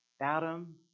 Adam